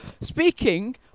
speaking